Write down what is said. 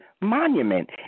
monument